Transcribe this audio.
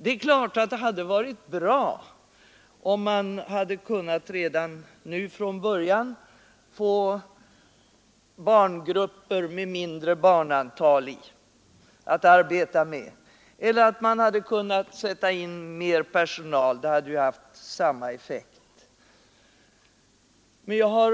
Det är klart att det hade varit bra om man redan från början hade kunnat få grupper med ett mindre antal barn att arbeta med eller att man hade kunnat sätta in mer personal — det hade haft samma effekt. Jag tycker att